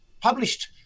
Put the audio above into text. published